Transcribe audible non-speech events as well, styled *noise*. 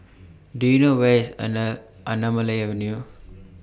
Do YOU know Where IS *unintelligible* Anamalai Avenue